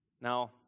Now